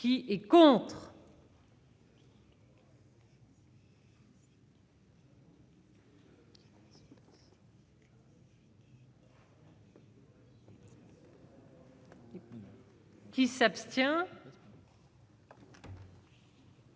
Qui est contre. Qui s'abstient.